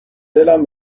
دلم